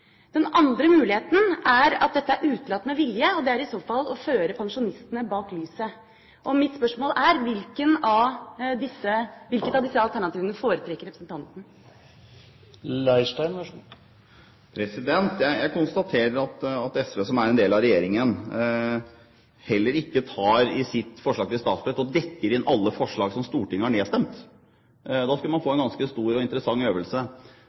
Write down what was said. Den andre muligheten er at dette er utelatt med vilje. Det er i så fall å føre pensjonistene bak lyset. Mitt spørsmål er: Hvilket av disse alternativene foretrekker representanten? Jeg konstaterer at heller ikke SV, som er en del av regjeringen, i sitt forslag til statsbudsjett dekker inn alle forslag som Stortinget har nedstemt. Da skulle man få en ganske stor og interessant øvelse.